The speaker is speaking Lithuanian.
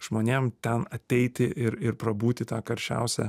žmonėm ten ateiti ir ir prabūti tą karščiausią